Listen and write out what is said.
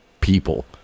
people